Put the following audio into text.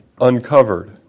uncovered